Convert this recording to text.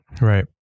right